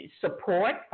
support